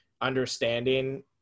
understanding